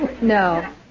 No